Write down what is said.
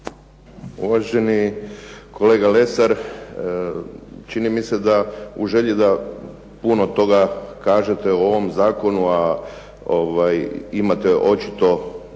Uvaženi kolega Lesar, čini mi se u želji da puno toga kažete o ovom Zakonu, a imate očito